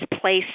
place